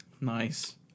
nice